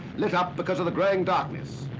lit up because of the growing darkness.